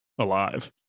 alive